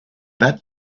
that